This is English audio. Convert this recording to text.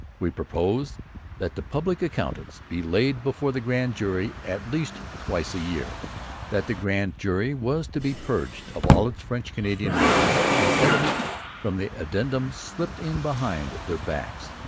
we propose that the publick accounts be laid before the grand jury at least twice a year that the grand jury was to be purged of all its french-canadian members is evident from the addendum slipped in behind their backs.